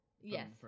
Yes